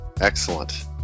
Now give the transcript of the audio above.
Excellent